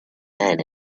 men